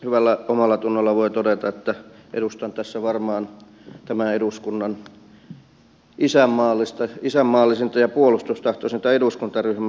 hyvällä omallatunnolla voin todeta että edustan tässä varmaan tämän eduskunnan isänmaallisinta ja puolustustahtoisinta eduskuntaryhmää